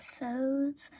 episodes